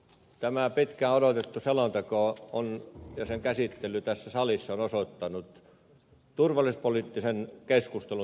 tämä pitkään odotettu selonteko ja sen käsittely tässä salissa on osoittanut turvallisuuspoliittisen keskustelun tärkeyden